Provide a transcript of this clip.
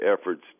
efforts